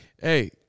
Hey